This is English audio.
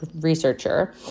researcher